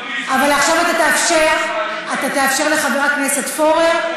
אבל עכשיו אתה תאפשר לחבר הכנסת פורר,